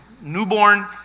newborn